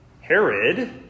Herod